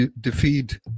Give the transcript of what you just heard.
defeat